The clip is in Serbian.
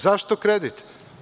Zašto kredit?